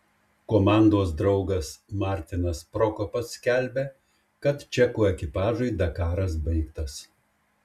komandos draugas martinas prokopas skelbia kad čekų ekipažui dakaras baigtas